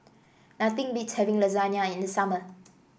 nothing beats having Lasagne in the summer